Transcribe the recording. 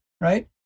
right